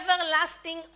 everlasting